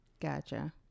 Gotcha